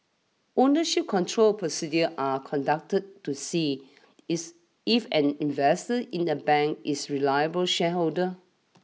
ownership control procedures are conducted to see is if an investor in a bank is a reliable shareholder